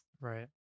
right